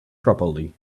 properly